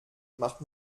macht